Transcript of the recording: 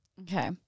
Okay